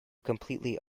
completely